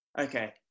Okay